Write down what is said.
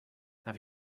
have